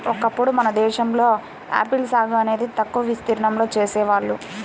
ఒకప్పుడు మన దేశంలో ఆపిల్ సాగు అనేది తక్కువ విస్తీర్ణంలో చేసేవాళ్ళు